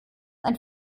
ein